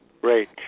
Great